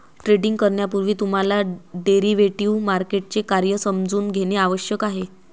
trading करण्यापूर्वी तुम्हाला derivative मार्केटचे कार्य समजून घेणे आवश्यक आहे